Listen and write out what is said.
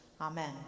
Amen